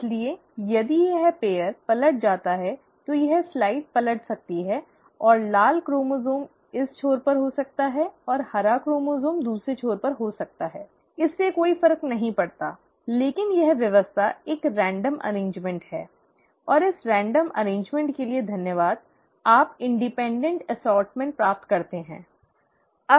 इसलिए यदि यह जोड़ा पलट जाता है तो यह साइड पलट सकती है और लाल क्रोमोसोम इस छोर पर हो सकता है और हरा क्रोमोसोम दूसरे छोर पर हो सकता है इससे कोई फर्क नहीं पड़ता लेकिन यह व्यवस्था एक रेंडम व्यवस्था है और इस रेंडम व्यवस्था के लिए धन्यवाद आप स्वतंत्र वर्गीकरण प्राप्त करते हैं